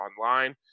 online